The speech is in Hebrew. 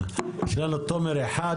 יש כאן דיון ערכי,